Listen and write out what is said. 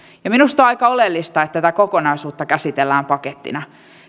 minusta on aika oleellista että tätä kokonaisuutta käsitellään pakettina